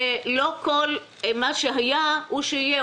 לא כל מה שהיה הוא שיהיה,